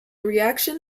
reaction